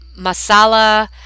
masala